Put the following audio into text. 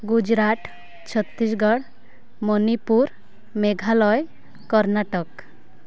Gujarat Chhattisgarh Manipur Meghalaya Karnataka